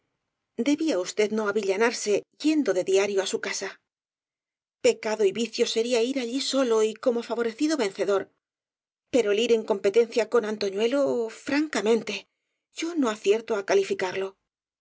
debía usted no avillanarse yendo de diario á su casa pecado y vicio sería ir allí solo y como favorecido vencedor pero el ir en compe tencia con antoñuelo francamente yo no acierto á calificarlo